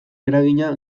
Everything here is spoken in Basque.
eragina